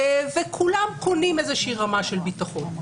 וכולם קונים איזה רמה של ביטחון.